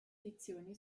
edizioni